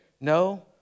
no